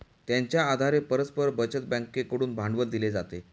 त्यांच्या आधारे परस्पर बचत बँकेकडून भांडवल दिले जाते